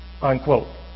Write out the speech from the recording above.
Unquote